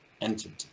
entity